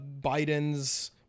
Biden's